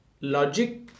logic